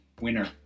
winner